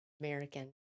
American